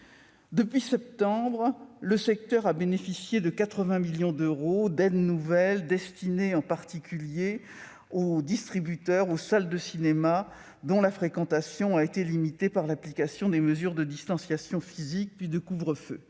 Depuis septembre, le secteur a bénéficié de 80 millions d'euros d'aides nouvelles destinées en particulier aux distributeurs, aux salles de cinéma, dont la fréquentation a été limitée par l'application des mesures de distanciation physique, puis de couvre-feu.